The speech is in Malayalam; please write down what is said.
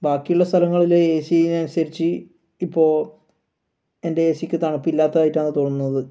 ബാക്കിയുള്ള സ്ഥലങ്ങളിലെ എ സീനെ അനുസരിച്ച് ഇപ്പോൾ എൻ്റെ എ സിക്ക് തണുപ്പില്ലാത്തതായിട്ടാണ് തോന്നുന്നത്